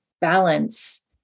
balance